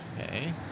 Okay